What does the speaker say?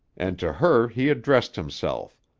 and to her he addressed himself,